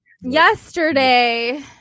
yesterday